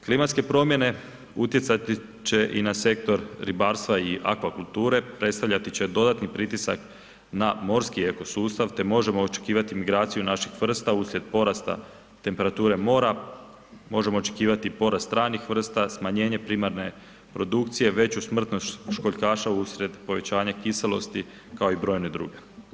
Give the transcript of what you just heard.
Klimatske promjene utjecati će i na sektor ribarstva i akvakulture, predstavljati će dodatni pritisak na morski ekosustav te možemo očekivati migraciju naših vrsta uslijed porasta temperature mora, možemo očekivati porast stranih vrsta, smanjenje primarne produkcije, veću smrtnost školjkaša uslijed povećanja kiselosti, kao i brojne druge.